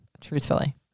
Truthfully